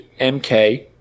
MK